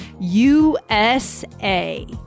USA